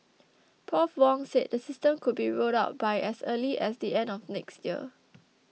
Prof Wong said the system could be rolled out by as early as the end of next year